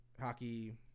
hockey